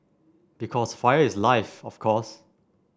because fire is life of course